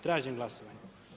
Tražim glasovanje.